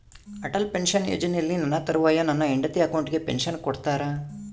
Atal pension ಯೋಜನೆಯಲ್ಲಿ ನನ್ನ ತರುವಾಯ ನನ್ನ ಹೆಂಡತಿ ಅಕೌಂಟಿಗೆ ಪೆನ್ಶನ್ ಕೊಡ್ತೇರಾ?